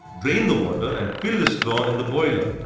drain the water and fill the straw in the boiler.